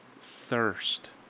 thirst